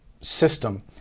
system